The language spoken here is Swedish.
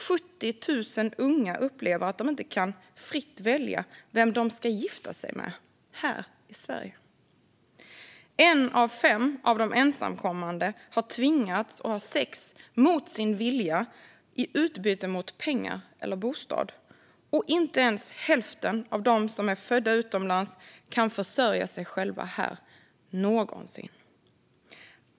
70 000 unga upplever att de inte fritt kan välja vem de ska gifta sig med här i Sverige. En av fem ensamkommande har tvingats ha sex mot sin vilja i utbyte mot pengar eller bostad. Inte ens hälften av dem som är födda utomlands kan försörja sig själva här - någonsin.